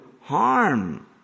harm